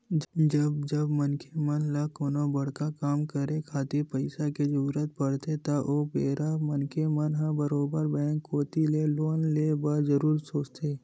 जब जब मनखे मन ल कोनो बड़का काम करे खातिर पइसा के जरुरत पड़थे त ओ बेरा मनखे मन ह बरोबर बेंक कोती ले लोन ले बर जरुर सोचथे